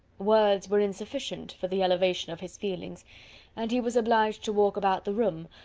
words were insufficient for the elevation of his feelings and he was obliged to walk about the room,